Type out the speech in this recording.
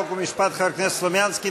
חוק ומשפט חבר הכנסת סלומינסקי.